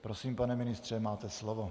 Prosím, pane ministře, máte slovo.